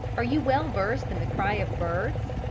are you well versed in the cry of birds?